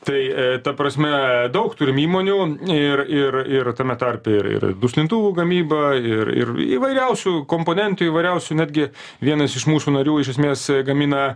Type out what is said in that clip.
tai e ta prasme daug turim įmonių ir ir ir tame tarpe ir ir duslintuvų gamyba ir ir įvairiausių komponentų įvairiausių netgi vienas iš mūsų narių iš esmės gamina